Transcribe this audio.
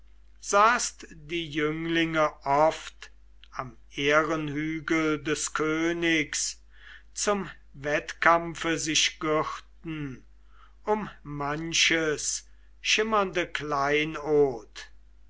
sahst die jünglinge oft am ehrenhügel des königs zum wettkampfe sich gürten um manches schimmernde kleinod